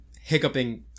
hiccuping